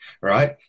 right